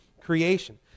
creation